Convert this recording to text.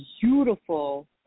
beautiful